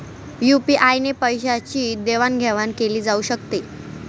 UPI ने पैशांची देवाणघेवाण केली जाऊ शकते